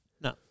No